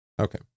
okay